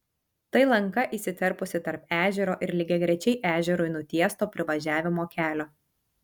tai lanka įsiterpusi tarp ežero ir lygiagrečiai ežerui nutiesto privažiavimo kelio